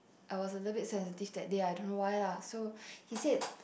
I was a little bit sensitive that day I don't know why lah so he said